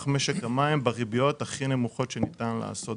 משק המים בריביות הכי נמוכות שניתן לעשות.